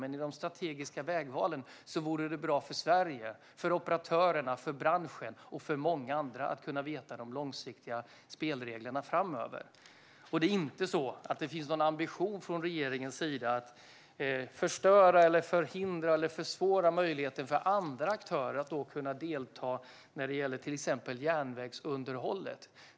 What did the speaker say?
Men i de strategiska vägvalen vore det bra för Sverige, operatörerna, branschen och många andra att kunna veta de långsiktiga spelreglerna framöver. Det är inte så att det finns någon ambition från regeringens sida att förstöra, förhindra eller försvåra möjligheten för andra aktörer att kunna delta när det gäller till exempel järnvägsunderhållet.